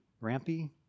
rampy